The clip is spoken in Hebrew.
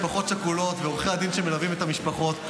משפחות שכולות ועורכי הדין שמלווים את המשפחות,